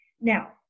Now